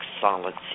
solids